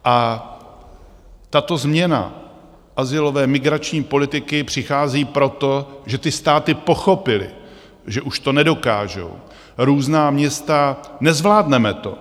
A tato změna azylové migrační politiky přichází proto, že ty státy pochopily, že už to nedokážou, různá města nezvládneme to.